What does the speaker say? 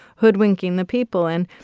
hoodwinking the people and,